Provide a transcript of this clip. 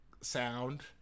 sound